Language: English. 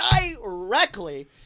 directly